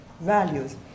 values